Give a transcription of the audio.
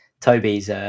Toby's